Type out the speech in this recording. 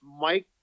Mike